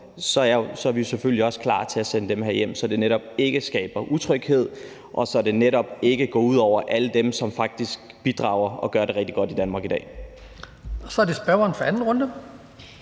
er vi selvfølgelig også klar til at sende dem her hjem, så det netop ikke skaber utryghed, og så det netop ikke går ud over alle dem, som faktisk bidrager og gør det rigtig godt i Danmark i dag. Kl. 11:44 Den fg. formand (Hans